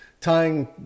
tying